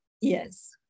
yes